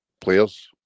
players